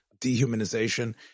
dehumanization